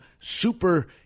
Super